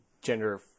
gender